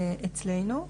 אצלנו,